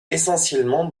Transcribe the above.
essentiellement